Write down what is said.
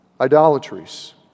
idolatries